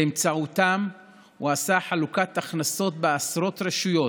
באמצעותן הוא עשה חלוקת הכנסות בעשרות רשויות,